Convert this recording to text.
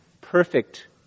perfect